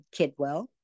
Kidwell